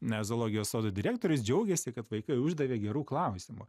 n zoologijos sodo direktorius džiaugėsi kad vaikai uždavė gerų klausimų